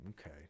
Okay